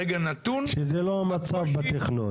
ברגע נתון פשוט יכול להיות קושי גם אובייקטיבי.